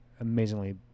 amazingly